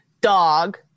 dog